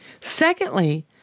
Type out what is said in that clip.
Secondly